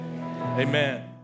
amen